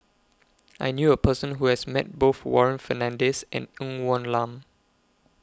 I knew A Person Who has Met Both Warren Fernandez and Ng Woon Lam